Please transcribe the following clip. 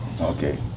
Okay